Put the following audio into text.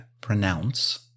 pronounce